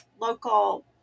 local